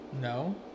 No